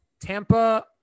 Tampa